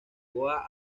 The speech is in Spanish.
goa